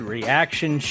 Reaction